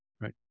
Right